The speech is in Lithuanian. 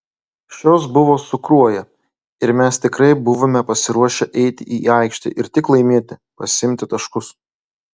šios buvo su kruoja ir mes tikrai buvome pasiruošę eiti į aikštę ir tik laimėti pasiimti taškus